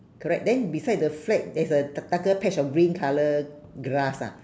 correct then beside the flag there's a da~ darker patch of green colour grass ah